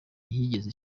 ntiyigeze